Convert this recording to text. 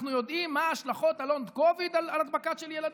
אנחנו יודעים מה השלכות ה-Long COVID על הדבקה של ילדים?